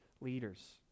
leaders